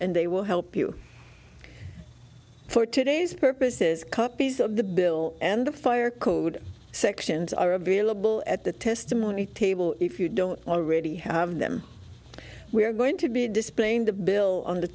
and they will help you for two days purposes copies of the bill and the fire code sections are available at the testimony table if you don't already have them we are going to be displaying the bill on the